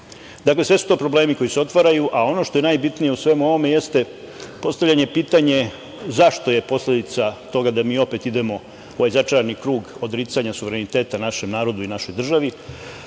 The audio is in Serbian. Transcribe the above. njima. Dakle, sve su to problemi koji se otvaraju, a ono što je najbitnije u svemu ovome jeste postavljanje pitanja – zašto je posledica toga da mi opet idemo u ovaj začarani krug odricanja suvereniteta našem narodu i našoj državi? Da